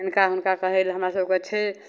हिनका हुनका कहै ले हमरा सभकेँ छै